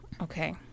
okay